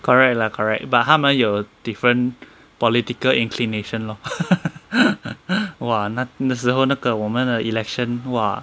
correct lah correct but 他们有 different political inclination lor !wah! 那那时候那个我们的 election !wah!